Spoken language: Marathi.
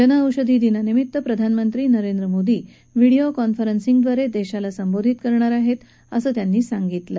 जनऔषधी दिनानिमित प्रधानमंत्री नरेंद्र मोदी व्हिडियो कॉन्फरन्सिंगदवारे देशाला संबोधित करणार आहेत असं त्यांनी सांगितलं